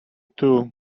too